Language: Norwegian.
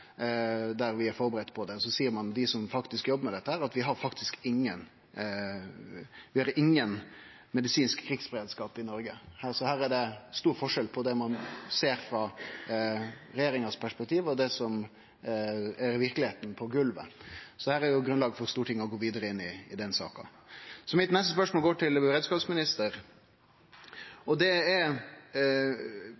er førebudde på dette, mens dei som jobbar med dette, seier at vi ikkje har nokon medisinsk krigsberedskap i Noreg. Her er det stor forskjell på det ein ser i perspektivet til regjeringa, og det som er verkelegheita på golvet, så det er jo grunnlag for Stortinget til å gå vidare inn i denne saka. Mitt neste spørsmål går til